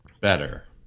better